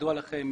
כידוע לכם